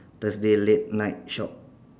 Thursday late night shop